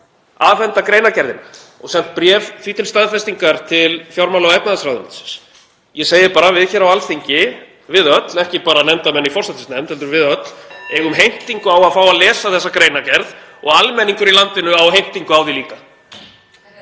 afhenda greinargerðina og sent bréf því til staðfestingar til fjármála- og efnahagsráðuneytisins. Ég segi bara: Við hér á Alþingi eigum öll, ekki bara nefndarmenn í forsætisnefnd, heimtingu á að fá að lesa þessa greinargerð og almenningur í landinu á heimtingu á því líka.